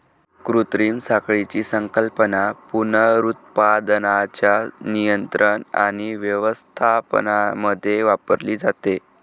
कृत्रिम साखळीची संकल्पना पुनरुत्पादनाच्या नियंत्रण आणि व्यवस्थापनामध्ये वापरली जाते